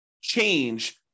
change